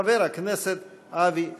חבר הכנסת אבי דיכטר.